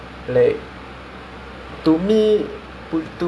rasa seh tapi this is like